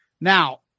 Now